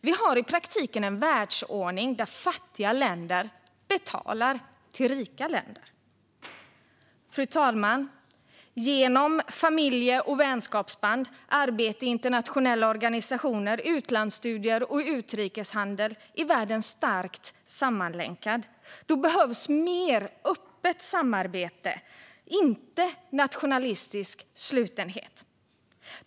Vi har i praktiken en världsordning där fattiga länder betalar till rika länder. Fru talman! Genom familje och vänskapsband, arbete i internationella organisationer, utlandsstudier och utrikeshandel är världen starkt sammanlänkad. Då behövs mer öppet samarbete, inte nationalistisk slutenhet.